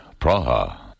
Praha